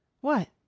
What